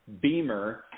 Beamer